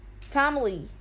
family